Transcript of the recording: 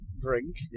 drink